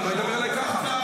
אני מבקש לרדת.